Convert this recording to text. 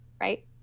right